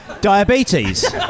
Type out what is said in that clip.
Diabetes